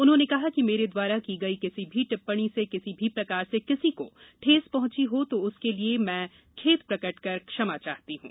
उन्होंने कहा कि मेरे द्वारा की गई किसी भी टिप्पणी से किसी भी प्रकार से किसी को ठेस पहंची हो तो उसके लिए मैं खेद प्रकट कर क्षमा चाहती हूं